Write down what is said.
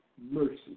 mercy